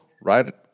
right